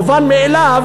המובן מאליו: